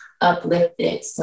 uplifted